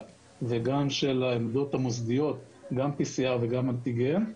וגם של העמדות המוסדיות גם של PCR וגם של אנטיגן.